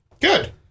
Good